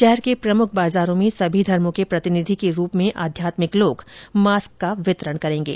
शहर के प्रमुख बाजारों में सभी धर्मो के प्रतिनिधि के रूप में आध्यात्मिक लोग मास्क का वितरण करेंगे